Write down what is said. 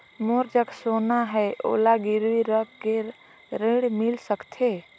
मोर जग सोना है ओला गिरवी रख के ऋण मिल सकथे?